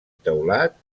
teulat